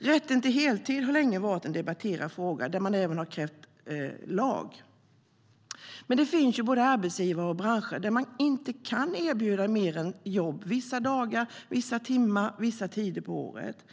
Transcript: Rätten till heltid har länge varit en debatterad fråga - man har även krävt lag. Men det finns både arbetsgivare och branscher som inte kan erbjuda mer än jobb vissa dagar, vissa timmar eller vissa tider på året.